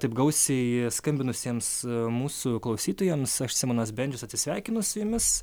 taip gausiai skambinusiems mūsų klausytojams aš simonas bendžius atsisveikinu su jumis